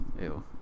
Ew